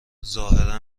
ظاهرا